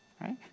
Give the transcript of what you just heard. right